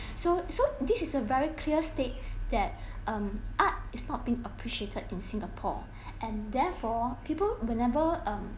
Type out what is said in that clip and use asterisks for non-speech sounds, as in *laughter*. so this is a very clear state *breath* that *breath* um art is not being appreciated in singapore *breath* and therefore people whenever um